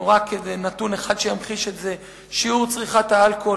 נתון אחד שימחיש את זה: שיעור צריכת האלכוהול